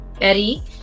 eddie